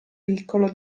piccolo